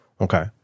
okay